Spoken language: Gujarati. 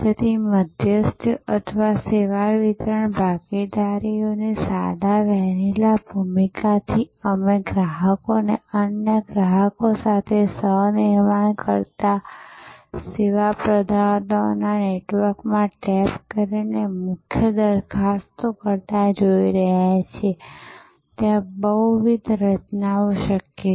તેથી મધ્યસ્થીઓ અથવા સેવા વિતરણ ભાગીદારોની સાદા વેનીલા ભૂમિકાથી અમે ગ્રાહકોને અન્ય ગ્રાહકો સાથે સહ નિર્માણ કરતા સેવા પ્રદાતાઓના નેટવર્કમાં ટેપ કરીને મૂલ્ય દરખાસ્તો કરતા જોઈ રહ્યા છીએ ત્યાં બહુવિધ રચનાઓ શક્ય છે